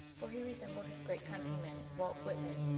for he resembled his great countryman, walt whitman,